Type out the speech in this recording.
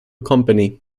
company